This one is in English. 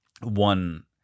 one